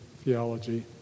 theology